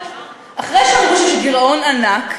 אחרי שראו שיש גירעון ענק,